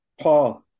Paul